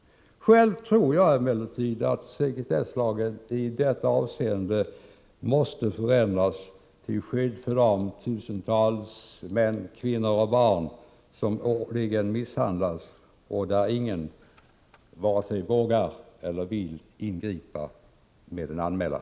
Själv tror jag emellertid att sekretesslagen i detta avseende måste förändras till skydd för de tusentals män, kvinnor och barn som årligen misshandlas, eftersom ingen vare sig vågar eller vill ingripa med en anmälan.